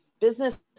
business